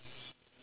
ya